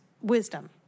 wisdom